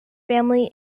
family